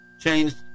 changed